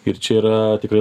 ir čia yra tikrai